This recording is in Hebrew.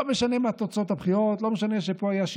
לא משנה מה תוצאות הבחירות,